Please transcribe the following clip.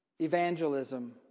evangelism